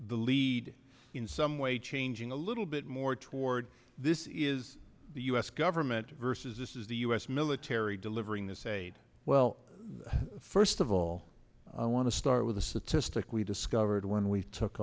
the lead in some way changing a little bit more toward this is the us government versus this is the us military delivering this aid well first of all i want to start with a statistic we discovered when we took